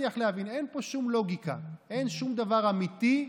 כי היא מדברת על נושאים של עליית מחירים,